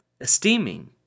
esteeming